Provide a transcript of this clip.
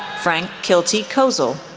frank kilty kozel,